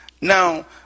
now